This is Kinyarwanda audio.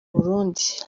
burundi